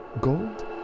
Gold